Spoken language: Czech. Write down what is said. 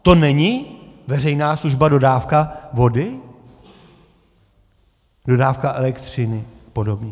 To není veřejná služba dodávka vody, dodávka elektřiny a podobně?